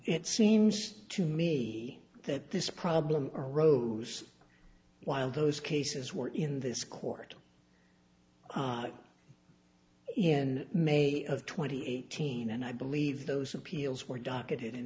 it seems to me that this problem arose while those cases were in this court in may of twenty eighteen and i believe those appeals were docket